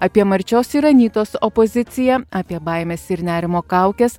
apie marčios ir anytos opoziciją apie baimes ir nerimo kaukes